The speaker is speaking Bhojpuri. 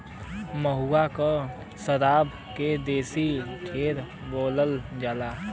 महुआ के सराब के देसी ठर्रा बोलल जाला